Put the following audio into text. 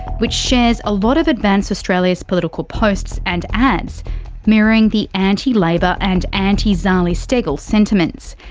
which shares a lot of advance australia's political posts and ads mirroring the anti-labor and anti-zali steggall sentiments.